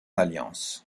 alliance